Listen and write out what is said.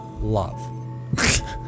love